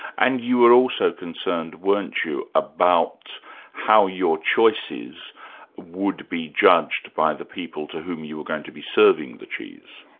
and you were also concerned weren't you, about how your choices would be judged by the people to whom you were going to be serving the cheese?